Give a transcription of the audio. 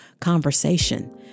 conversation